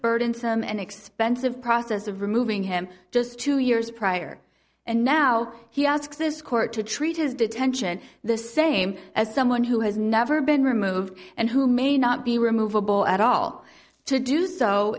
burdensome and expensive process of removing him just two years prior and now he asks this court to treat his detention the same as someone who has never been removed and who may not be removable at all to do so